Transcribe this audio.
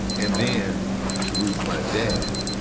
and then to lose my dad.